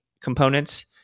components